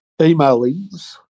emailings